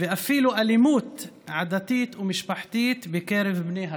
ואפילו אלימות עדתית ומשפחתית בקרב בני הכפר.